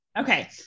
Okay